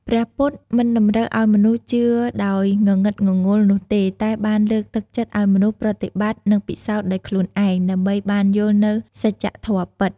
ព្រះពុទ្ធមិនតម្រូវឱ្យមនុស្សជឿដោយងងឹតងងល់នោះទេ តែបានលើកទឹកចិត្តឱ្យមនុស្សប្រតិបត្តិ និងពិសោធន៍ដោយខ្លួនឯង ដើម្បីបានយល់នូវសច្ចធម៌ពិត។